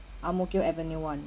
Ang Mo Kio avenue one